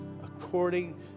according